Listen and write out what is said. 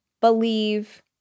believe